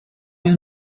you